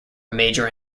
major